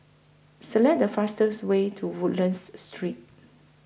Select The fastest Way to Woodlands Street